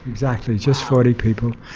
exactly, just forty people.